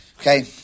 Okay